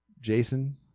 Jason